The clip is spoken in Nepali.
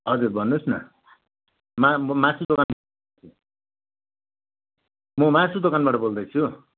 हजुर भन्नुहोस् न मा म मासु दोकान म मासु दोकानबाट बोल्दैछु